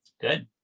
Good